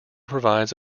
provides